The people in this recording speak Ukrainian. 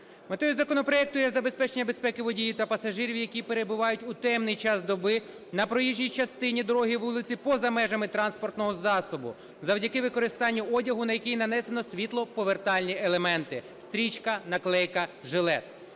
Метою законопроекту є забезпечення безпеки водіїв та пасажирів, які перебувають у темний час доби на проїжджій частині дороги, вулиці поза межами транспортного засобу завдяки використання одягу, на який нанесено світлоповертальні елементи: стрічка, наклейка, жилет.